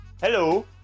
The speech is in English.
Hello